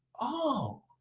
oh,